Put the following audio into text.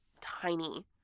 tiny